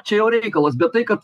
čia jo reikalas bet tai kad